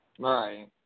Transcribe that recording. Right